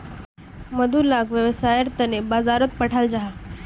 मधु लाक वैव्सायेर तने बाजारोत पठाल जाहा